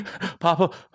Papa